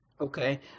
Okay